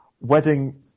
wedding